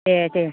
दे दे